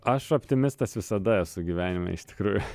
aš optimistas visada esu gyvenime iš tikrųjų